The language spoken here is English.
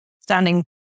standing